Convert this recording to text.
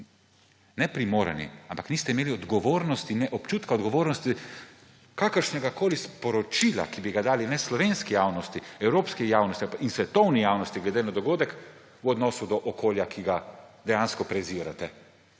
ne predsednik Vlade ne vi ne vsi odgovorni niste imeli občutka odgovornosti kakršnegakoli sporočila, ki bi ga dali slovenski javnosti, evropski javnosti in svetovni javnosti glede na dogodek v odnosu do okolja, ki ga dejansko prezirate.